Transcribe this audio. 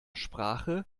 sprache